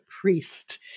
priest